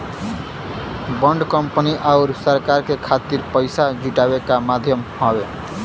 bond company आउर सरकार के खातिर पइसा जुटावे क माध्यम हौ